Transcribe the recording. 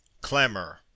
Clamor